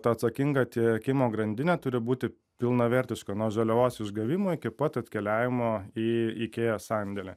ta atsakinga tiekimo grandinė turi būti pilnavertiška nuo žaliavos išgavimo iki pat atkeliavimo į ikėjos sandėlį